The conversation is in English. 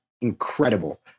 incredible